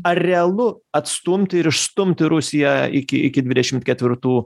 ar realu atstumti ir išstumti rusiją iki iki dvidešimt ketvirtų